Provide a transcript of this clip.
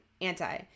anti